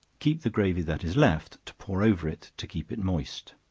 keep the gravy that is left to pour over it to keep it moist.